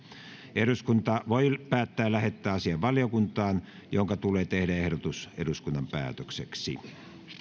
eduskunta voi päättää lähettää asian valiokuntaan jonka tulee tehdä ehdotus eduskunnan päätökseksi